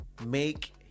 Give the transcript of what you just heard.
make